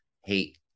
hate